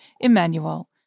Emmanuel